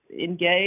engage